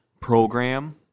program